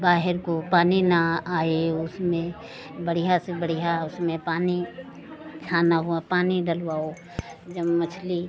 बाहर को पानी न आए उसमें बढ़िया से बढ़िया उसमें पानी खाना हुआ पानी डलवाओ जब मछली